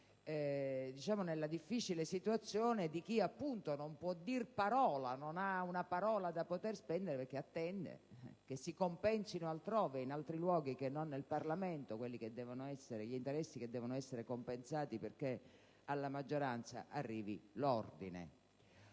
proprio lavoro), nella difficile situazione di chi, appunto, non può dir parola, non ha una parola da poter spendere e che attende che si compensino altrove, in altri luoghi e non in Parlamento, gli interessi che devono essere compensati perché alla maggioranza arrivi l'ordine.